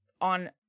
on